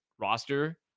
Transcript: roster